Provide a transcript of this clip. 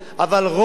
אבל, חברים,